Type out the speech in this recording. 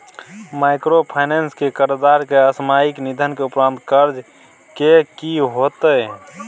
Microfinance के कर्जदार के असामयिक निधन के उपरांत कर्ज के की होतै?